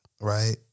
right